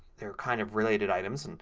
they're kind of related items. and